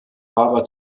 fahrer